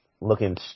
looking